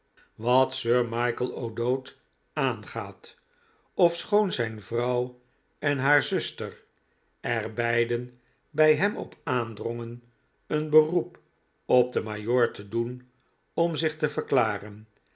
wat sir michael o'dowd aangaat ofschoon zijn vrouw en haar zuster er beiden bij hem op aandrongen een beroep op den majoor te doen om zich te verklaren